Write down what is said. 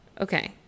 Okay